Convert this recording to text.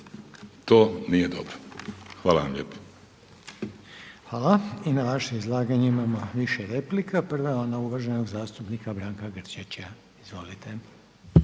To nije dobro. Hvala vam lijepo. **Reiner, Željko (HDZ)** Hvala. I na vaše izlaganje imamo više replika. Prva je ona uvaženog zastupnika Branka Grčića. Izvolite.